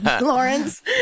Lawrence